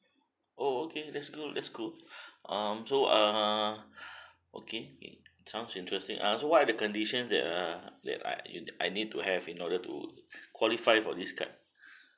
oh okay that's good that's good um so err okay okay sounds interesting uh so what are the condition that uh that I yo~ I need to have in order to qualify for this card